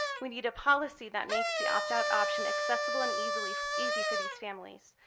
we need a policy that makes the opt out option accessible and easy for easy for these families.